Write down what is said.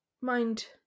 mind